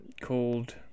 called